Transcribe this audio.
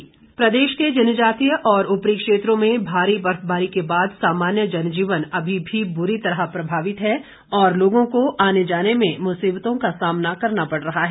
मौसम प्रदेश के जनजातीय और ऊपरी क्षेत्रों में भारी बर्फबारी के बाद सामान्य जनजीवन अभी भी बुरी तरह प्रभावित है और लोगों को आने जाने में मुसीबतों का सामना करना पड़ रहा है